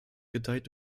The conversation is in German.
gedeiht